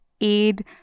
aid